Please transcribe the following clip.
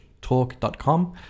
talk.com